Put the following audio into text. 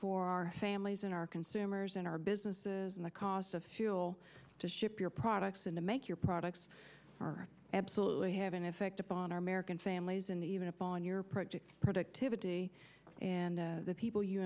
for our families and our consumers in our businesses and the cost of fuel to ship your products and to make your products are absolutely have an effect upon our american families and even upon your project productivity and the people you